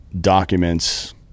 documents